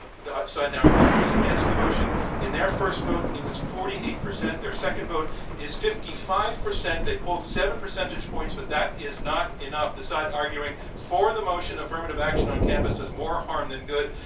the argument the ah side ah arguing against the motion, in their first vote it was forty eight percent. their second vote is fifty five percent. they pulled seven percentage points, but that is not enough. the side arguing for the motion, affirmative action on campus does more harm than good,